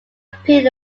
appeared